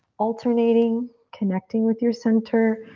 alternating, connecting with your center.